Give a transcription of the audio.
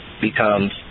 becomes